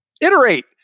iterate